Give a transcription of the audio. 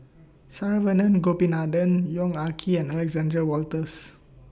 Saravanan Gopinathan Yong Ah Kee and Alexander Wolters